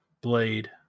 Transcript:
Blade